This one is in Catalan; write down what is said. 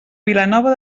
vilanova